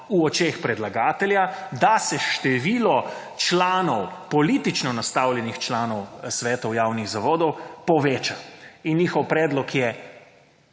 v očeh predlagatelja, da se število članov, politično nastavljenih članov svetov javnih zavodov poveča in njihov predlog je